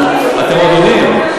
אתם מורידים.